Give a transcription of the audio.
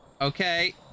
Okay